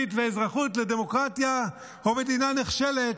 אנגלית ואזרחות לדמוקרטיה או מדינה נחשלת,